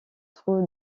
trouve